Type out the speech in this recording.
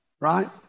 right